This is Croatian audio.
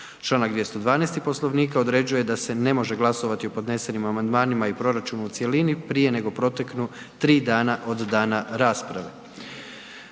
Čl. 212. Poslovnika određuje da se ne može glasovati o podnesenim amandmanima i proračunu u cjelini prije nego proteknu 3 dana od dana rasprave.